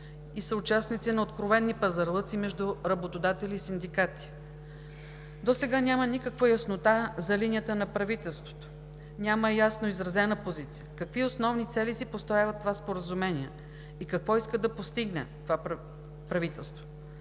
и съучастници на откровени пазарлъци между работодатели и синдикати?! Досега няма никаква яснота за линията на правителството, няма ясно изразена позиция какви основни цели си поставя това споразумение и какво иска да постигне това правителство,